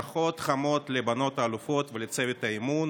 ברכות חמות לבנות האלופות ולצוות האימון.